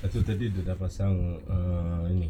habis tadi dia pasang err anuh